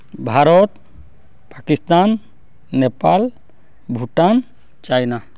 Bharat Pakistan Nepal Bhutan China